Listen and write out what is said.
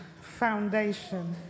foundation